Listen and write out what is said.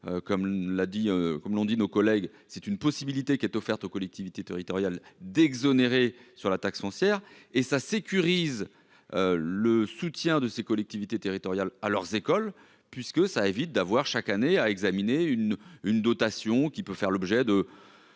comme l'ont dit, nos collègues, c'est une possibilité qui est offerte aux collectivités territoriales d'exonérer sur la taxe foncière et ça sécurise le soutien de ces collectivités territoriales à leurs écoles puisque ça évite d'avoir chaque année à examiner une une dotation qui peut faire l'objet de